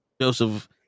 Joseph